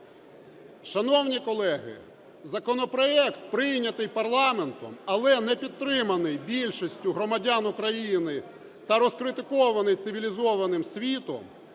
Шановні колеги, законопроект, прийнятий парламентом, але не підтриманий більшістю громадян України та розкритикований цивілізованим світом,